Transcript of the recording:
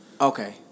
Okay